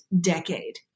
decade